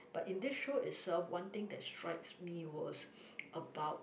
but in this show itself one thing that strikes me was about